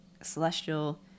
celestial